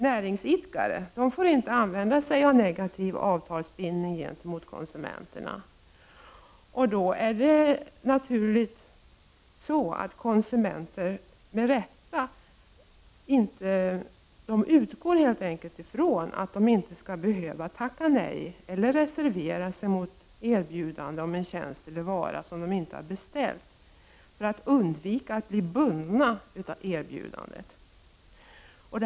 Näringsidkare får inte använda sig av negativ avtalsbindning genemot konsumenterna, och det är därför naturligt för konsumenter att helt enkelt utgå från att de inte för att undvika att bli bundna av ett erbjudande om en tjänst eller en vara som de inte har beställt skall behöva tacka nej eller reservera sig.